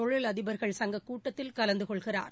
தொழிலதிபர்கள் சங்க கூட்டத்தில் கலந்து கொள்கிறார்